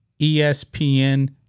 ESPN